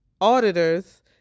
auditors